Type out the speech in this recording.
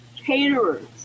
caterers